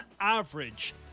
average